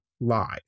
live